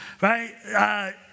right